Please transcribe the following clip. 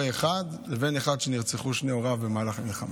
אחד לבין אחד שנרצחו שני הוריו במהלך המלחמה.